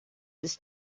this